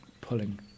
pulling